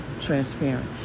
transparent